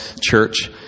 church